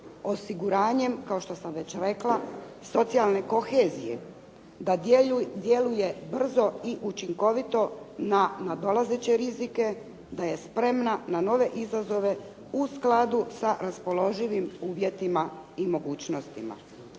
osiguranjem, kao što sam već rekla, socijalne kohezije da djeluje brzo i učinkovito na nadolazeće rizike, da je spremna na nove izazove u skladu sa raspoloživim uvjetima i mogućnostima.